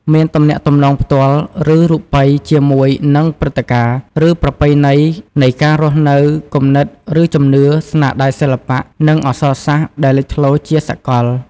មានទំនាក់ទំនងផ្ទាល់ ឬរូបិយជាមួយនឹងព្រិត្តិការណ៍ ឬប្រពៃណីនៃការរស់នៅ គំនិត ឬជំនឿ ស្នាដៃសិល្បៈ និងអក្សរសាស្រ្តដែលលេចធ្លោជាសកល។